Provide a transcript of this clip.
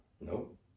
nope